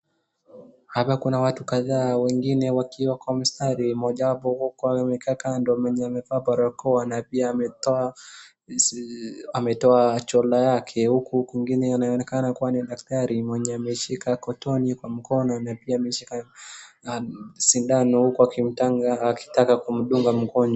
Hapa kuna watu kadhaa wengine wakiwa kwa mstari, mmoja wao huko amekaa kando mwenye amevaa barakoa na pia ametoa shoulder yake huku mwingine anaonekana kuwa ni daktari mwenye ameshika kotoni kwa mkono na pia ameshika sindano huku akitaka kumdunga mgonjwa.